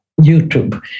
YouTube